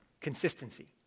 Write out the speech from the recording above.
Consistency